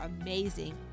amazing